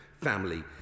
family